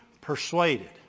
persuaded